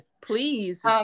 please